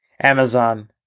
amazon